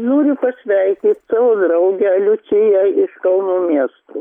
noriu pasveikyt savo draugę liuciją iš kauno miesto